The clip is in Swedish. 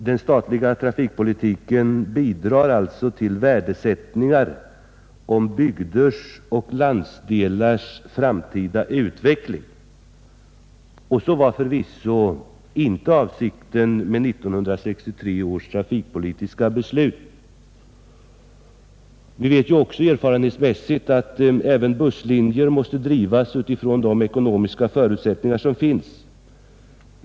Den statliga trafikpolitiken bidrar alltså till värderingar av bygders och landsdelars framtida utveckling, och det var förvisso inte avsikten med 1963 års trafikpolitiska beslut. Vi vet erfarenhetsmässigt att även busslinjer måste drivas utifrån de ekonomiska förutsättningar som finns.